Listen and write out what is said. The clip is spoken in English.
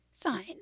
sign